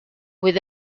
with